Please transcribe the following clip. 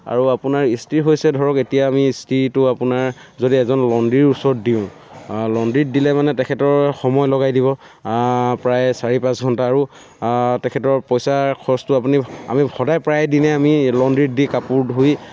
আৰু আপোনাৰ ইস্ত্ৰি হৈছে ধৰক এতিয়া আমি ইস্ত্ৰিটো আপোনাৰ যদি এজন লণ্ড্ৰীৰ ওচৰত দিওঁ লণ্ড্ৰীত দিলে মানে তেখেতৰ সময় লগাই দিব প্ৰায় চাৰি পাঁচ ঘণ্টা আৰু তেখেতৰ পইচাৰ খৰচতো আপুনি আমি সদায় প্ৰায় দিনে আমি লণ্ড্ৰীত দি কাপোৰ ধুই